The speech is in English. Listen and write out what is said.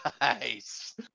Nice